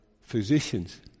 physicians